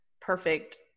perfect